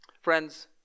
Friends